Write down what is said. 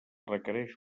requereix